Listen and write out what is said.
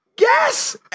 Yes